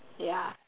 ya